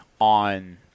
on